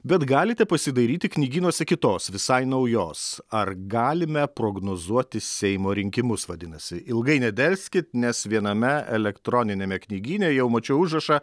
bet galite pasidairyti knygynuose kitos visai naujos ar galime prognozuoti seimo rinkimus vadinasi ilgai nedelskit nes viename elektroniniame knygyne jau mačiau užrašą